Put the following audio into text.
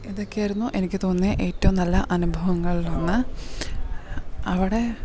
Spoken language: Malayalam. ഇതൊക്കെ ആയിരുന്നു എനിക്ക് തോന്നിയ ഏറ്റവും നല്ല അനുഭവങ്ങളിൽ ഒന്ന് അവിടെ